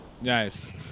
Nice